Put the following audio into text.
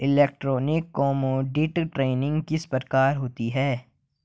Electronic commodity trading किस प्रकार होती है?